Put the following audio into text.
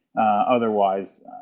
otherwise